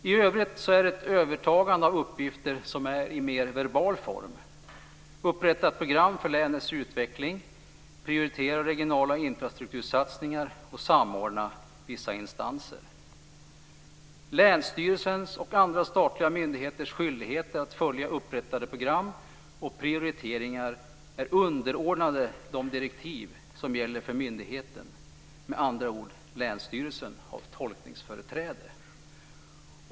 I övrigt är det ett övertagande av uppgifter som är i mer verbal form: att upprätta ett program för länets utveckling, prioritera regionala infrastruktursatsningar och samordning av vissa instanser. Länsstyrelsens och andra statliga myndigheters skyldigheter att följa upprättade program och prioriteringar är underordnade de direktiv som gäller för myndigheten. Med andra ord: Länsstyrelsen har tolkningsföreträde.